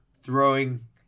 throwing